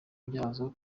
byazo